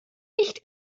nicht